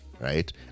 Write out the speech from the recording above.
right